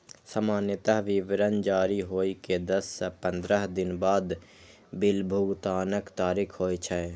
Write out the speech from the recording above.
सामान्यतः विवरण जारी होइ के दस सं पंद्रह दिन बाद बिल भुगतानक तारीख होइ छै